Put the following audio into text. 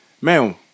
man